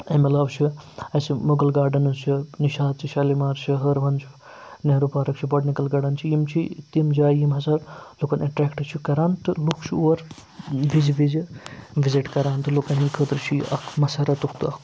اَمہِ علاوٕ چھُ اَسہِ مُغل گاڈَنٕز چھِ نِشاط چھِ شالیِٖمار چھِ ہٲروَن چھُ نہروٗ پارَک چھِ بوٹنِکَل گاڈَن چھِ یِم چھِ تِم جایہِ یِم ہَسا لُکَن اٮ۪ٹرٛیکٹ چھِ کَران تہٕ لُکھ چھِ اور وِزِ وِزِ وِزِٹ کَران تہٕ لُکَن ہِنٛدِ خٲطرٕ چھُ یہِ اَکھ مسرَتُک تہٕ اَکھ